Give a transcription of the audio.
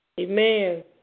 Amen